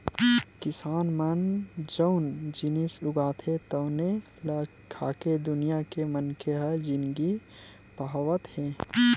किसान मन जउन जिनिस उगाथे तउने ल खाके दुनिया के मनखे ह जिनगी पहावत हे